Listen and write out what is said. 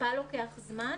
זה לוקח זמן,